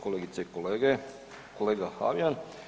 Kolegice i kolege, kolega Habijan.